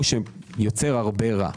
ושיוצר הרבה רע.